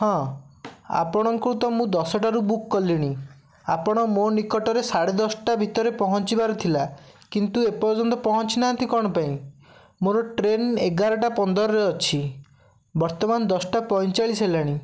ହଁ ଆପଣଙ୍କୁ ତ ମୁଁ ଦଶଟାରୁ ବୁକ୍ କଲିଣି ଆପଣ ମୋ ନିକଟରେ ସାଢ଼େ ଦଶଟା ଭିତରେ ପହଞ୍ଚିବାର ଥିଲା କିନ୍ତୁ ଏ ପର୍ଯ୍ୟନ୍ତ ପହଞ୍ଚିନାହାଁନ୍ତି କ'ଣ ପାଇଁ ମୋର ଟ୍ରେନ ଏଗାରଟା ପନ୍ଦରରେ ଅଛି ବର୍ତ୍ତମାନ ଦଶଟା ପଇଁଚାଳିଶି ହେଲାଣି